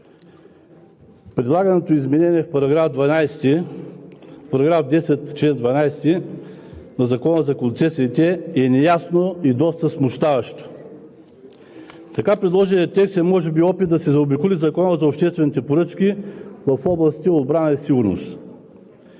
Предлаганото изменение в § 10, чл. 12 на Закона за концесиите е неясно и доста смущаващо. Така предложеният текст е може би опит да се заобиколи Закона за обществените поръчки в областите „Отбрана“ и „Сигурност“.